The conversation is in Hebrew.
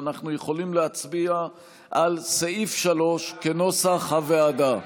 ואנחנו יכולים להצביע על סעיף 3 כנוסח הוועדה.